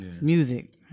Music